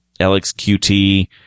LXQT